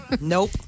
Nope